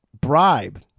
bribe